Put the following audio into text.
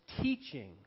teaching